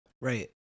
Right